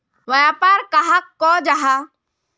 व्यापार कहाक को जाहा?